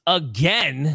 again